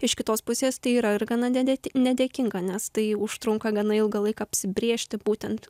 iš kitos pusės tai yra ir gana nedėti nedėkinga nes tai užtrunka gana ilgą laiką apsibrėžti būtent